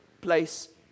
place